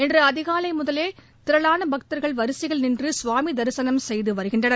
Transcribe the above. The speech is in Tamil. இன்று அதிகாலை முதலே திரளான பக்தர்கள் வரிசையில் நின்று கவாமி தரிசனம் செய்து வருகின்றனர்